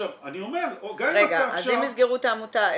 אז אם יסגרו את העמותה,